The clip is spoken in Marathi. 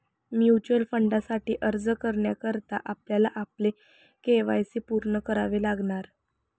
म्युच्युअल फंडासाठी अर्ज करण्याकरता आपल्याला आपले के.वाय.सी पूर्ण करावे लागणार